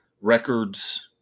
records